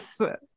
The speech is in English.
Yes